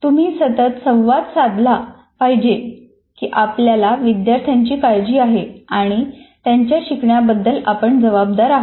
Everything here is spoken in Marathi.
तुम्ही सतत संवाद साधला पाहिजे की आपल्याला विद्यार्थ्यांची काळजी आहे आणि त्यांच्या शिकण्याबद्दल आपण जबाबदार आहोत